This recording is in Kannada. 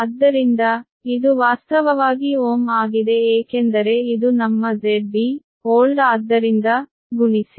ಆದ್ದರಿಂದ ಇದು ವಾಸ್ತವವಾಗಿ ಓಮ್ ಆಗಿದೆ ಏಕೆಂದರೆ ಇದು ನಿಮ್ಮZB old ಆದ್ದರಿಂದ ಗುಣಿಸಿ